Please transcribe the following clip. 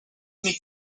meet